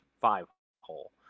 five-hole